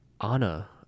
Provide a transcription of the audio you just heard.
Anna